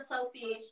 association